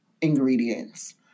ingredients